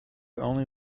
only